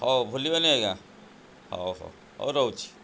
ହଉ ଭୁଲିବେନି ଆଜ୍ଞା ହଉ ହଉ ହଉ ରହୁଛି